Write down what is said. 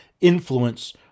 influence